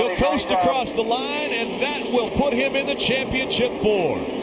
across the line and that will put him in the championship four.